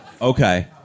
okay